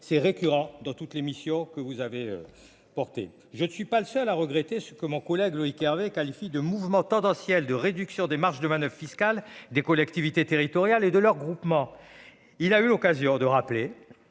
c'est récurrent dans toutes les missions que vous avez porté, je ne suis pas le seul à regretter ce que mon collègue Loïc Hervé, qualifie de mouvement tendance. Ciel de réduction des marges de manoeuvre fiscale des collectivités territoriales et de leurs groupements, il a eu l'occasion de rappeler